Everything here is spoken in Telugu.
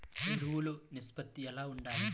ఎరువులు నిష్పత్తి ఎలా ఉండాలి?